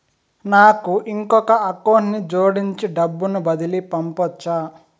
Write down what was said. నాకు ఇంకొక అకౌంట్ ని జోడించి డబ్బును బదిలీ పంపొచ్చా?